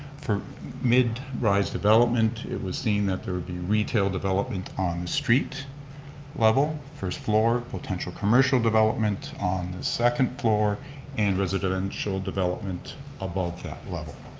for mid-rise development it was seen that there would be retail development on the street level. first floor potential commercial development on the second floor and residential development above that level.